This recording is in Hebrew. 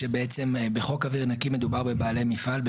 בחוק אוויר נקי מדובר בבעלי מפעל,